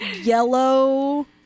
yellow